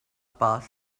boss